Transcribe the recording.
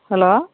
hello